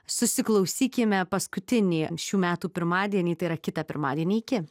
susiklausykime paskutinį šių metų pirmadienį tai yra kitą pirmadienį iki